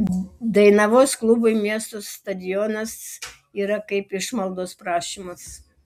dainavos klubui miesto stadionas yra kaip išmaldos prašymas